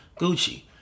Gucci